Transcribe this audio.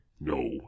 No